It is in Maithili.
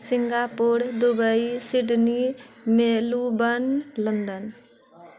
Singapore Dubai Sydney Melbourne London